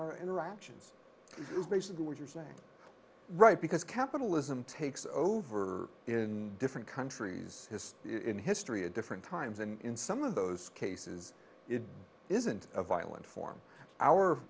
our interactions is basically what you're saying right because capitalism takes over in different countries has in history a different times and in some of those cases it isn't a violent form our